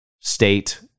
state